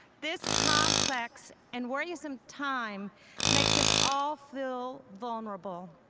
this complex and worrisome time makes us all feel vulnerable.